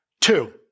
two